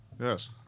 yes